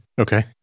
Okay